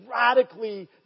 radically